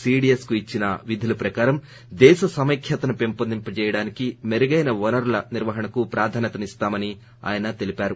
CDS కు ఇచ్చిన విధుల ప్రకారం దేశ సమైఖ్యతను పెంపొందించడానికి మెరుగైన వనరుల నిర్వహణకు ప్రాధాన్యత ఇస్తామని ఆయన తెలిపారు